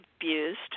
abused